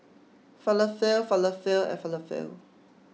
Falafel Falafel and Falafel